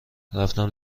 رفتم